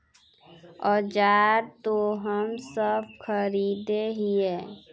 औजार तो हम सब खरीदे हीये?